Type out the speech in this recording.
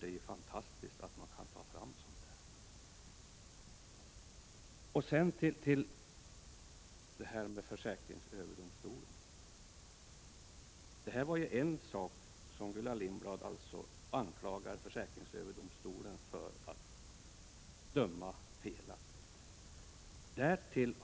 Det är fantastiskt att man kan ta fram sådana här saker. Gullan Lindblad anklagar försäkringsöverdomstolen för att döma felaktigt.